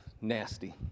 nasty